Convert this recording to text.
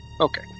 Okay